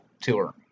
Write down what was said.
tour